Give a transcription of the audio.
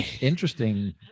interesting